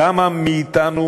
כמה מאתנו